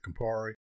Campari